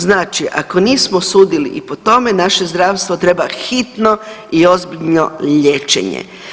Znači, ako nismo sudili i po tome naše zdravstvo treba hitno i ozbiljno liječenje.